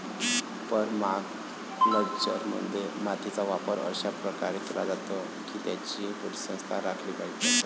परमाकल्चरमध्ये, मातीचा वापर अशा प्रकारे केला जातो की त्याची परिसंस्था राखली जाते